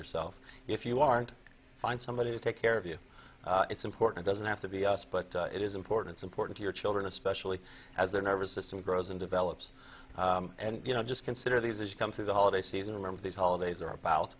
yourself if you aren't find somebody to take care of you it's important doesn't have to be us but it is important is important your children especially as their nervous system grows and develops and you know just consider these as you come through the holiday season remember these holidays are about